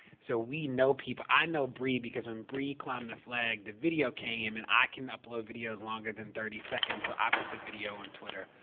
so, we know people i know brie because when brie climbed the flag, the video came, and i can upload videos longer than thirty seconds, and so i put the video on twitter.